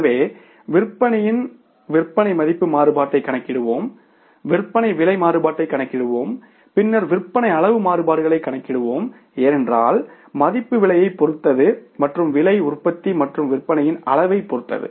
எனவே விற்பனையில் விற்பனை மதிப்பு மாறுபாட்டைக் கணக்கிடுவோம் விற்பனை விலை மாறுபாட்டைக் கணக்கிடுவோம் பின்னர் விற்பனை அளவு மாறுபாடுகளைக் கணக்கிடுவோம் ஏனென்றால் மதிப்பு விலையைப் பொறுத்தது மற்றும் விலை உற்பத்தி மற்றும் விற்பனையின் அளவைப் பொறுத்தது